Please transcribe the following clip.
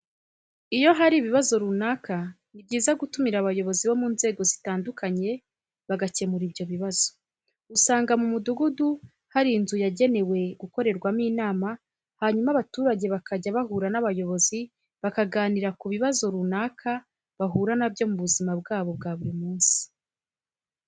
Iyo hari ikibazo runaka ni byiza gutumira abayobozi bo mu nzego zitandukanye bagakemura ibyo bibazo. Usanga mu mudugudu hari inzu yagenewe gukorerwamo inama hanyuma abaturage bakajya bahura n'abayobozi bakaganira ku bibazo runaka bahura na byo mu buzima bwabo bwa buri munsi.